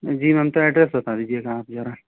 जी ma'am तो address बता दीजिएगा ज़रा